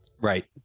right